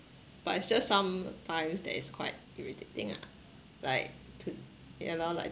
but it's just some times that is quite irritating ah like to ya lor like